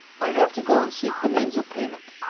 i have to go and seek the means of payment.